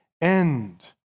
end